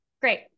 Great